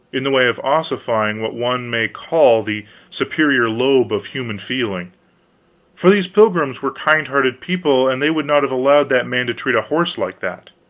in the way of ossifying what one may call the superior lobe of human feeling for these pilgrims were kind-hearted people, and they would not have allowed that man to treat a horse like that.